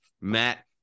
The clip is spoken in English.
Matt